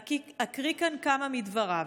אקריא כאן כמה מדבריו: